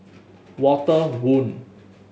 Walter Woon